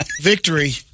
victory